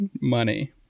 money